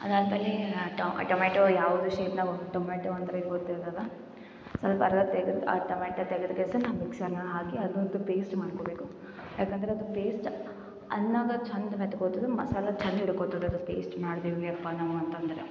ಅದಾದಮೇಲೆ ಟೊಮೆಟೋ ಯಾವ್ದು ಶೇಪ್ನಾಗೆ ಟೊಮ್ಯಾಟೋ ಅಂದರೆ ಗೊತ್ತಿಲ್ದದ ಸ್ವಲ್ಪ ಅದ್ರಾಗೆ ತೆಗ್ದು ಆ ಟೊಮ್ಯಾಟೊ ತೆಗ್ದು ಕೆಸನ್ನ ಮುಗ್ಸೋಣ ಹಾಕಿ ಅದೊಂದು ಪೇಸ್ಟ್ ಮಾಡ್ಕೋಬೇಕು ಯಾಕಂದರೆ ಅದು ಪೇಸ್ಟ್ ಅನ್ನಗಾ ಚಂದ ಮೇತ್ಕೋತದೆ ಮಸಾಲೆ ಚಂದ ಹಿಡ್ಕೋತದೆ ಪೇಸ್ಟ್ ಮಾಡಿದ್ವೆಲಪ್ಪ ನಾವು ಅಂತಂದರೆ